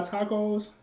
Tacos